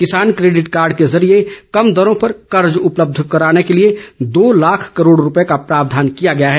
किसान credit card के जरिये कम दरों पर कर्ज उपलब्ध कराने के लिए दो लाख करोड रूपये का प्रावधान किया गया है